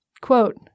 Quote